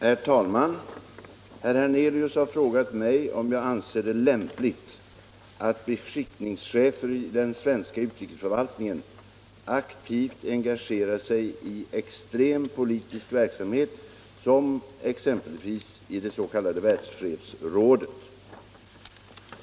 Herr talman! Herr Hernelius har frågat mig om jag anser det lämpligt att beskickningschefer i den svenska utrikesförvaltningen aktivt engagerar sig i extrem politisk verksamhet som exempelvis i det s.k. Världsfredsrådet.